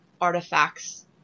artifacts